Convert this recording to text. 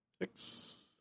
six